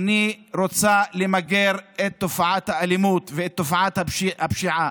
אני רוצה למגר את תופעת האלימות ואת תופעת הפשיעה.